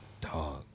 dog